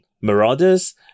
Marauders